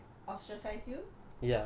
like ostracise you